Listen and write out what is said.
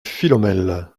philomèle